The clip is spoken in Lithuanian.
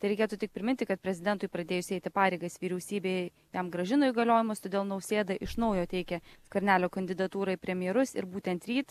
tereikėtų tik priminti kad prezidentui pradėjus eiti pareigas vyriausybėj jam grąžino įgaliojimus todėl nausėda iš naujo teikia skvernelio kandidatūrą į premjerus ir būtent ryt